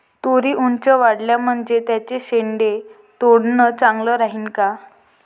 तुरी ऊंच वाढल्या म्हनजे त्याचे शेंडे तोडनं चांगलं राहीन का?